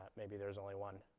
maybe there's only one.